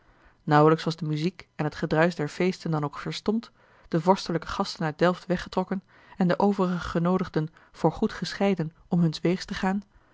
nauwelijks was de muziek en t gedruisch der feesten dan ook verstomd de vorstelijke gasten uit delft weggetrokken en de overige genoodigden voorgoed gescheiden om huns weegs te gaan